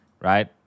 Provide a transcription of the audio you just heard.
right